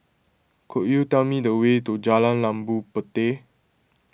could you tell me the way to Jalan Labu Puteh